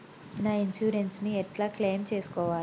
నా ఇన్సూరెన్స్ ని ఎట్ల క్లెయిమ్ చేస్కోవాలి?